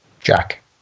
Jack